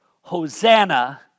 Hosanna